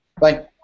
Bye